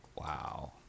Wow